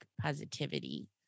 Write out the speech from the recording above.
positivity